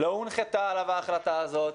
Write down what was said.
לא הונחתה עליו ההחלטה הזאת.